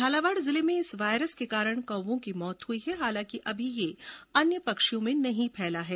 झालावाड़ जिले में इस वायरस के कारण कौओं की मौत हुई है हालांकि अभी ये अन्य पक्षियों में नहीं फैला है